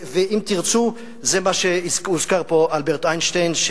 ואם תרצו הוזכר פה אלברט איינשטיין,